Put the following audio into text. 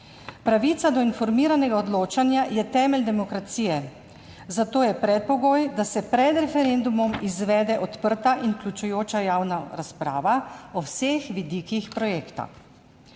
Pravica do informiranega odločanja je temelj demokracije, zato je predpogoj, da se pred referendumom izvede odprta in vključujoča javna razprava o vseh vidikih projekta,